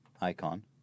icon